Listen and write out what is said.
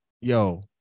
yo